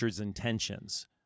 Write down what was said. intentions